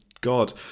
God